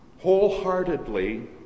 Wholeheartedly